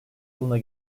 yılında